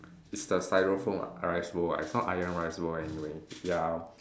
it's the stryofoam [what] ah rice bowl uh rice bowl anyway ya